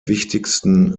wichtigsten